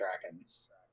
dragons